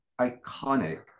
iconic